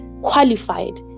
qualified